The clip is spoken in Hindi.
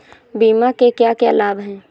बीमा के क्या क्या लाभ हैं?